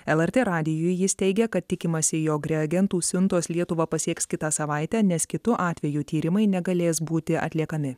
lrt radijui jis teigia kad tikimasi jog reagentų siuntos lietuvą pasieks kitą savaitę nes kitu atveju tyrimai negalės būti atliekami